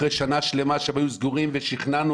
אחרי שנה שלמה שהם היו סגורים ושכנענו